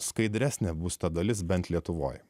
skaidresnė bus ta dalis bent lietuvoje